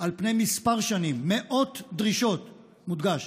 על פני מספר שנים, מאות דרישות" מודגש,